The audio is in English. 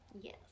Yes